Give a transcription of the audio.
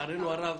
מה שלצערנו הרב